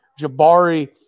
Jabari